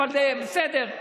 אבל בסדר.